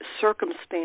circumstance